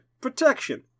Protection